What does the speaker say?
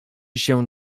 się